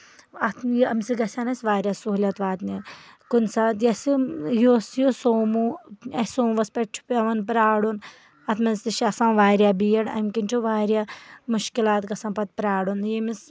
اَتھ اَمہِ سۭتۍ گژھَن اَسہِ واریاہ سُہوٗلِیت واتنہِ کُنہِ ساتہٕ یۄس یِم یہِ یُس یہِ سومو اسہِ سوموٗوَس پٮ۪ٹھ چھُ پیٚوان پیارُن اَتھ منٛز تہِ چھِ آسان واریاہ بیٖڈ اَمہِ کِنۍ چُھ واریاہ مُشکِلات گژھان پَتہٕ پرارُن ییٚمِس